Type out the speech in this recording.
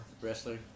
wrestler